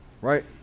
Right